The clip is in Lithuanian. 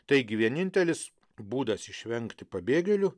taigi vienintelis būdas išvengti pabėgėlių